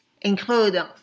include